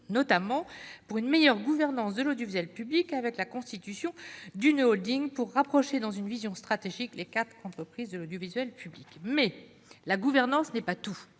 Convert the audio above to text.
notamment à l'amélioration de la gouvernance de l'audiovisuel public, via la constitution d'une holding visant à rapprocher, dans une vision stratégique, les quatre entreprises de l'audiovisuel public. Mais la gouvernance n'est pas tout.